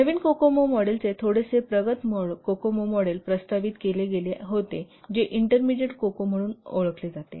तर नवीन कोकोमो मॉडेलचे थोडेसे प्रगत कोकोमो मॉडेल प्रस्तावित केले गेले होते जे इंटरमीडिएट कोकोमो म्हणून ओळखले जाते